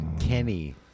Kenny